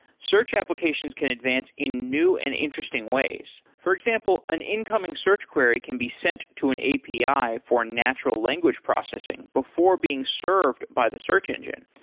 search applications can advance in new and interesting ways for example, an incoming search query can be sent to an api for natural language processing before being served by the search engine.